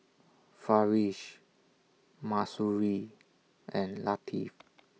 Farish Mahsuri and Latif